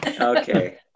Okay